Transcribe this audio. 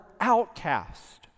outcast